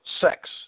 Sex